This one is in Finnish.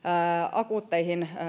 akuutteihin